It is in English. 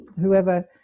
whoever